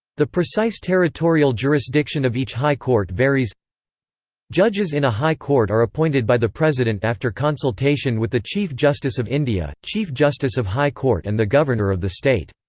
the precise territorial jurisdiction of each high court varies judges in a high court are appointed by the president after consultation with the chief justice of india, chief justice of high court and the governor of the state.